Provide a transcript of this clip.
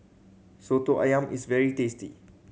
Soto Ayam is very tasty